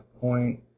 point